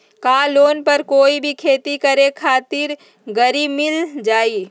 का लोन पर कोई भी खेती करें खातिर गरी मिल जाइ?